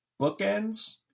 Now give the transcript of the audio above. bookends